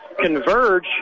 converge